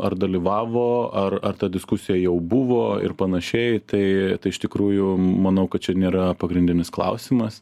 ar dalyvavo ar ar ta diskusija jau buvo ir panašiai tai iš tikrųjų manau kad čia nėra pagrindinis klausimas